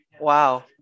Wow